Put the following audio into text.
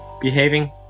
behaving